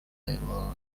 table